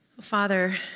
Father